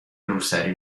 روسری